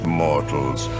mortals